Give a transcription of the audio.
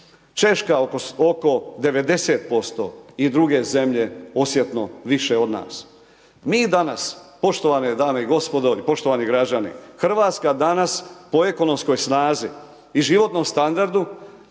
Češka oko 90% i druge zemlje osjetno više od nas. Mi danas, poštovane dame i gospodo i poštovani građani, Hrvatska danas, po ekonomskoj snazi i životnom standardu,